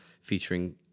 featuring